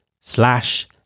slash